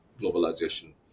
globalization